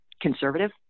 conservative